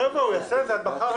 חבר'ה, הוא יעשה את זה עד מחר.